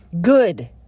good